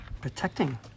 protecting